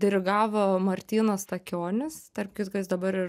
dirigavo martynas stakionis tarp kitko jis dabar ir